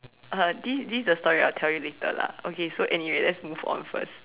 this this is a story I'll tell you later lah okay so anyway let's move on first